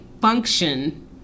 function